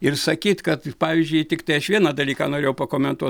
ir sakyt kad pavyzdžiui tiktai aš vieną dalyką norėjau pakomentuot